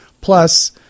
Plus